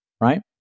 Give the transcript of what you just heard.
right